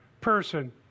person